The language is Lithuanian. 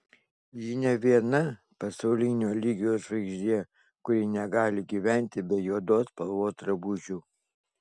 ji ne viena pasaulinio lygio žvaigždė kuri negali gyventi be juodos spalvos drabužių